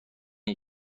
این